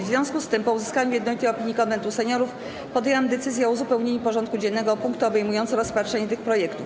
W związku z tym, po uzyskaniu jednolitej opinii Konwentu Seniorów, podjęłam decyzję o uzupełnieniu porządku dziennego o punkty obejmujące rozpatrzenie tych projektów.